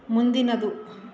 ಮುಂದಿನದು